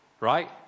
right